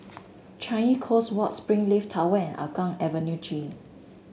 Changi Coast Walk Springleaf Tower and Hougang Avenue G